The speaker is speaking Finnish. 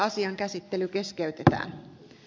asian käsittely keskeytetä